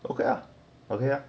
okay okay